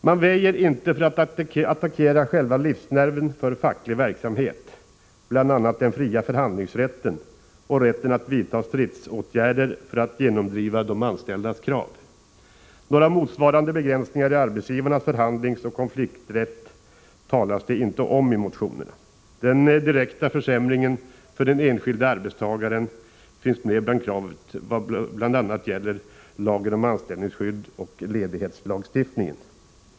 Man väjer inte för att attackera själva livsnerven för facklig verksamhet, bl.a. den fria förhandlingsrätten och rätten att vidta stridsåtgärder för att genomdriva de anställdas krav. Några motsvarande begränsningar i arbetsgivarnas förhandlingsoch konflikträtt talas det inte om i motionerna. Även direkta försämringar för den enskilde arbetstagaren finns med bland kraven, bl.a. i vad gäller lagen om anställningsskydd och ledighetslagstiftningen.